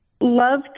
Love